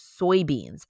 soybeans